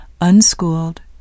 unschooled